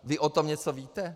Vy o tom něco víte?